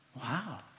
Wow